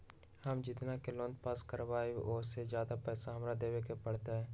हम जितना के लोन पास कर बाबई ओ से ज्यादा पैसा हमरा देवे के पड़तई?